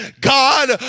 God